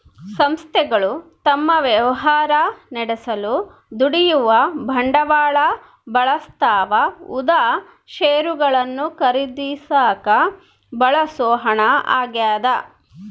ಸಂಸ್ಥೆಗಳು ತಮ್ಮ ವ್ಯವಹಾರ ನಡೆಸಲು ದುಡಿಯುವ ಬಂಡವಾಳ ಬಳಸ್ತವ ಉದಾ ಷೇರುಗಳನ್ನು ಖರೀದಿಸಾಕ ಬಳಸೋ ಹಣ ಆಗ್ಯದ